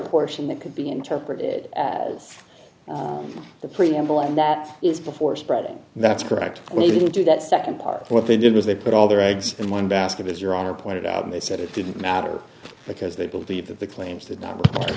portion that could be interpreted as the preamble and that is before spreading that's correct we need to do that second part of what they did was they put all their eggs in one basket as your honor pointed out and they said it didn't matter because they believe that the claims